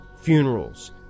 funerals